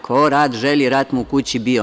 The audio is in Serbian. Ko rat želi, rat mu u kući bio.